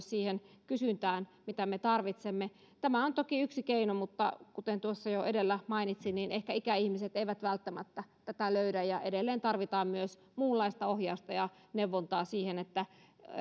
siihen kysyntään mitä me tarvitsemme tämä on toki yksi keino mutta kuten jo edellä mainitsin niin ehkä ikäihmiset eivät välttämättä tätä löydä ja edelleen tarvitaan myös muunlaista ohjausta ja neuvontaa siihen että